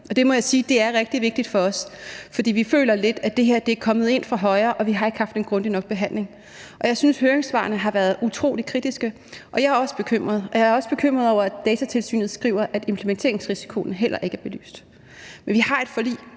det er rigtig vigtigt for os, for vi føler lidt, at det her er kommet ind fra højre, og at vi ikke har haft en grundig nok behandling. Jeg synes, at høringssvarene har været utrolig kritiske, og jeg er bekymret. Jeg er også bekymret over, at Datatilsynet skriver, at implementeringsrisikoen heller ikke er belyst. Men vi har et forlig,